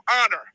honor